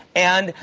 and,